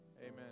amen